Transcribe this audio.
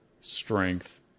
strength